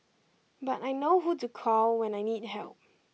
but I know who to call when I need help